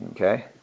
Okay